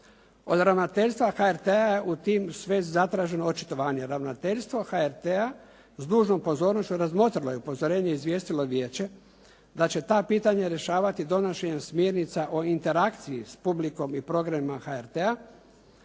Od ravnateljstva HRT-a je u tim svezi zatraženo očitovanje. Ravnateljstvo HRT-a s dužnom pozornošću razmotrilo je upozorenje i obavijestilo vijeće da će ta pitanja rješavati donošenjem smjernica o interakciji s publikom i programima HRT-a